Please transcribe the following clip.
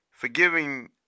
Forgiving